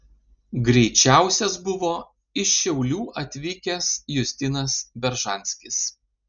greičiausias buvo iš šiaulių atvykęs justinas beržanskis